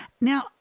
Now